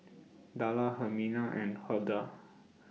Darla Hermina and Huldah